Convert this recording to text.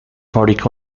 fabrica